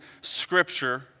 Scripture